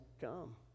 come